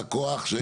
בא כוח,